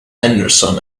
henderson